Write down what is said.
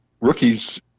rookies